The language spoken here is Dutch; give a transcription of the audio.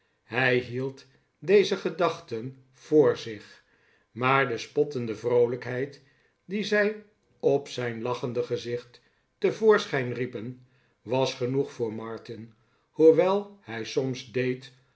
hij hield deze gedachten voor zich maar de spottende vroolijkheid die zij op zijn lachende gezicht te voorschijn riepen was genoeg voor martin hoewel hij soms deed